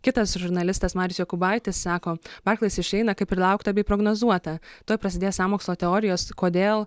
kitas žurnalistas marius jokūbaitis sako barklais išeina kaip ir laukta bei prognozuota tuoj prasidės sąmokslo teorijos kodėl